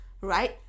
right